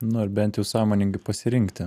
nu ir bent jau sąmoningai pasirinkti